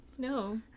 No